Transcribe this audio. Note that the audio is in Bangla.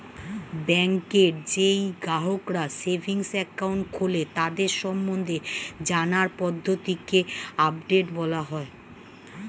ব্যাংকে যেই গ্রাহকরা সেভিংস একাউন্ট খোলে তাদের সম্বন্ধে জানার পদ্ধতিকে আপডেট বলা হয়